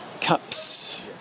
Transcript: cups